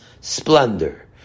splendor